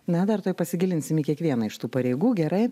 na dar tuoj pasigilinsim į kiekvieną iš tų pareigų gerai